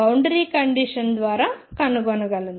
boundary condition ద్వారా కనుగొనగలము